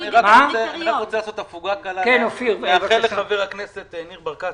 אני רק רוצה לעשות הפוגה קלה ולאחל מזל טוב לחבר הכנסת ניר ברקת,